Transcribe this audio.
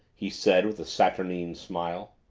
he said with a saturnine smile.